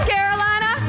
Carolina